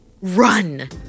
Run